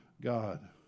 God